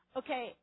okay